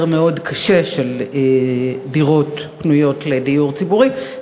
מאוד קשה של דירות פנויות לדיור הציבורי,